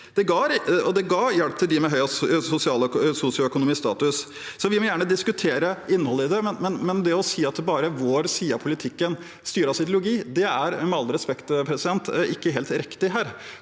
det ga hjelp til dem med høyest sosioøkonomisk status. Vi må gjerne diskutere innholdet i det, men det å si at bare vår side av politikken styres av ideologi, er – med all respekt – ikke helt riktig.